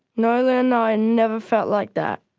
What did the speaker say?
no, and i never felt like that.